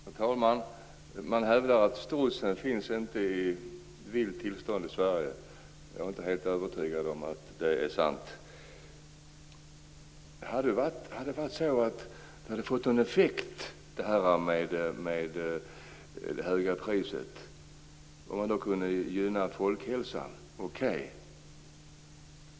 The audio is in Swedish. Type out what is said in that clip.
Fru talman! Man hävdar att strutsen inte finns i vilt tillstånd i Sverige. Jag är inte helt övertygad om att det är sant. Hade det höga priset fått någon effekt och gynnat folkhälsan hade det varit okej.